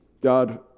God